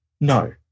No